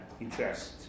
interest